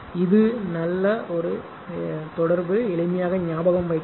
இது நல்ல தொடர்பு எளிமையாக நியாபகம் வைக்கலாம்